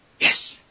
yes